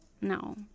No